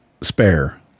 spare